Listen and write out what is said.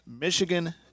Michigan